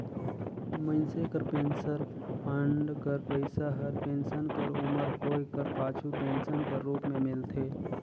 मइनसे कर pension fund कर पइसा हर पेंसन कर उमर होए कर पाछू पेंसन कर रूप में मिलथे